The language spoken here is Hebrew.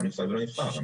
לא נפסל ולא נבחר.